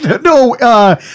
No